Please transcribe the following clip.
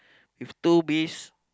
with two bees